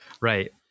Right